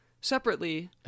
separately